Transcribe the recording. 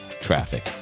Traffic